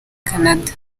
canada